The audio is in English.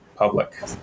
public